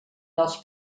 dels